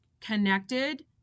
connected